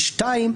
ודבר שני,